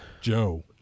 Joe